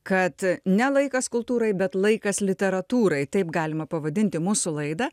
kad ne laikas kultūrai bet laikas literatūrai taip galima pavadinti mūsų laidą